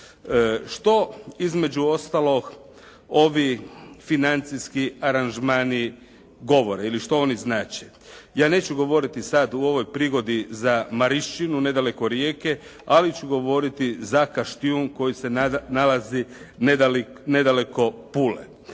Što između ostalog ovi financijski aranžmani govore ili što oni znače? Ja neću govoriti sad u ovoj prigodi za Marinščinu nedaleko Rijeke, ali ću govoriti za Kaštjun koji se nalazi nedaleko Pule.